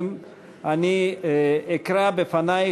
אני אקרא בפנייך,